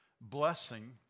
blessing